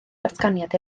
datganiad